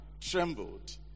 trembled